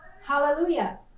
Hallelujah